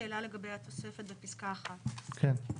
שאלה לגבי התוספת בפסקה 1. כן?